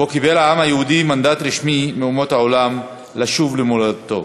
שבו קיבל העם היהודי מנדט רשמי מאומות העולם לשוב למולדתו.